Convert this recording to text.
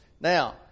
Now